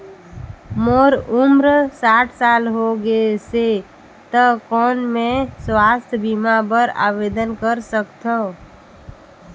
मोर उम्र साठ साल हो गे से त कौन मैं स्वास्थ बीमा बर आवेदन कर सकथव?